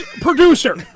producer